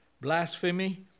blasphemy